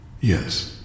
yes